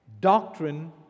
Doctrine